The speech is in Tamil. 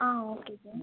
ah okay sir